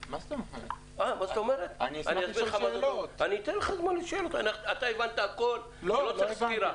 אתה הבנת הכול ואתה לא צריך סקירה.